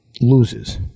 loses